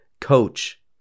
coach